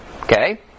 Okay